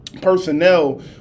personnel